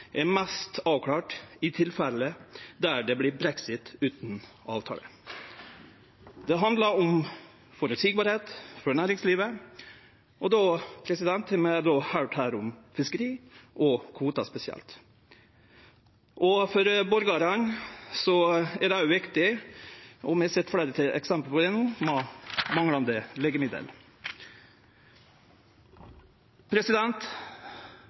er mest mogleg avklart i det tilfellet at det vert brexit utan avtale. Det handlar om at det er føreseieleg for næringslivet, og vi har høyrt her om fiskeri, og om kvotar spesielt. For borgarane er også dette med manglande legemiddel viktig, noko vi no har sett fleire eksempel på.